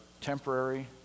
temporary